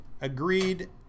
agreed